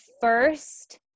first